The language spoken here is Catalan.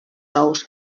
ous